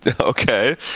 Okay